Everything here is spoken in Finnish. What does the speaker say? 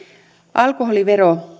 alkoholivero